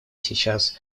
сейчас